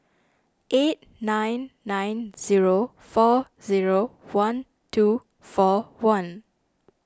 eight nine nine zero four zero one two four one